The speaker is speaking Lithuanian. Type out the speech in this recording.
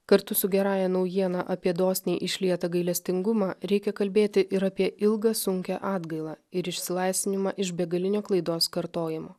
kartu su gerąja naujiena apie dosniai išlietą gailestingumą reikia kalbėti ir apie ilgą sunkią atgailą ir išsilaisvinimą iš begalinio klaidos kartojimo